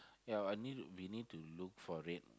ya I need we need to look for it